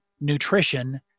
nutrition